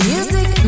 Music